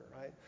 right